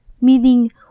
meaning